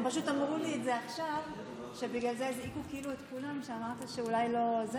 הם פשוט אמרו לי עכשיו שבגלל זה, שאמרת שאולי לא,